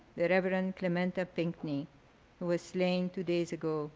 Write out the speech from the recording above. the reverend clemente pinckney, who was slain two days ago